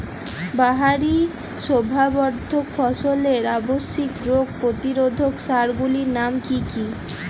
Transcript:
বাহারী শোভাবর্ধক ফসলের আবশ্যিক রোগ প্রতিরোধক সার গুলির নাম কি কি?